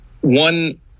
one